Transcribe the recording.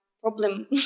problem